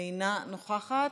אינה נוכחת.